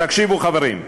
תקשיבו, חברים: